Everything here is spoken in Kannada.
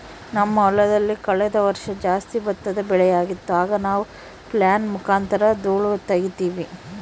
ನಮ್ಮ ಹೊಲದಲ್ಲಿ ಕಳೆದ ವರ್ಷ ಜಾಸ್ತಿ ಭತ್ತದ ಬೆಳೆಯಾಗಿತ್ತು, ಆಗ ನಾವು ಫ್ಲ್ಯಾಯ್ಲ್ ಮುಖಾಂತರ ಧೂಳು ತಗೀತಿವಿ